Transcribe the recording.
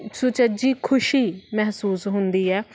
ਸੁਚੱਜੀ ਖੁਸ਼ੀ ਮਹਿਸੂਸ ਹੁੰਦੀ ਹੈ